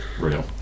Real